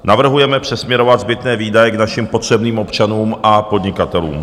Navrhujeme přesměrovat zbytné výdaje k našim potřebným občanům a podnikatelům.